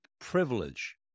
privilege